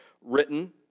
written